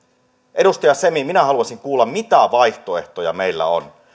edustaja semi minä haluaisin kuulla mitä muita vaihtoehtoja meillä on